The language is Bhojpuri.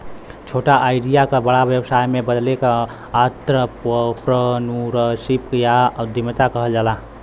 छोटा आईडिया क बड़ा व्यवसाय में बदले क आंत्रप्रनूरशिप या उद्दमिता कहल जाला